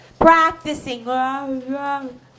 practicing